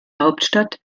hauptstadt